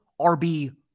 RB